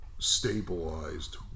stabilized